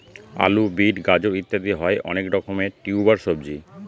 আলু, বিট, গাজর ইত্যাদি হয় অনেক রকমের টিউবার সবজি